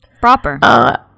Proper